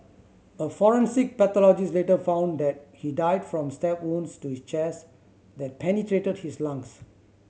a forensic pathologist later found that he died from stab wounds to his chest that penetrated his lungs